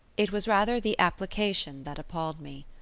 it was rather the application that appalled me.